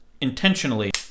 intentionally